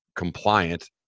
compliant